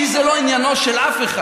כי זה לא עניינו של אף אחד.